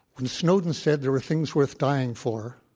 when snowden said there were things worth dying for,